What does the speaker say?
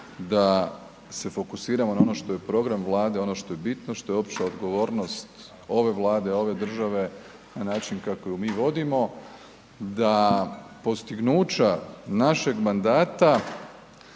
da se fokusiramo na ono što je program Vlade, ono što je bitno, što je opća odgovornost ove Vlade, ove države na način kako ju mi vodimo, da postignuća našeg mandata